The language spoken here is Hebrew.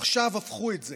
עכשיו הפכו את זה: